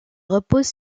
repose